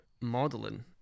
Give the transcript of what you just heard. modeling